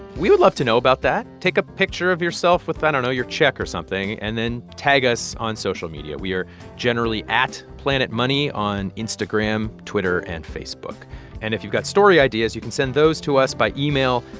we would love to about that. take a picture of yourself with, i don't know, your check or something, and then tag us on social media. we are generally at planetmoney on instagram, twitter and facebook and if you've got story ideas, you can send those to us by email.